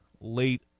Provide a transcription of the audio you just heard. late